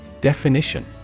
Definition